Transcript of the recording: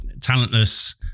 Talentless